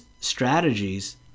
strategies